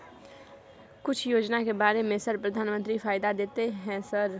कुछ योजना के बारे में सर प्रधानमंत्री फायदा देता है सर?